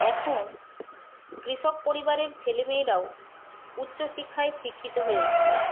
এখন কৃষক পরিবারের ছেলে মেয়েরাও উচ্চশিক্ষায় শিক্ষিত হয়ে উঠছে